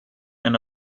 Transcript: and